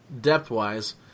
depth-wise